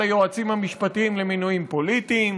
היועצים המשפטיים למינויים פוליטיים,